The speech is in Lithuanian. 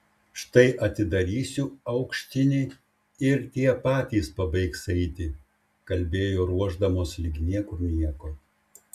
štai atidarysiu aukštinį ir tie patys pabaigs eiti kalbėjo ruoš damos lyg niekur nieko